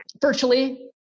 virtually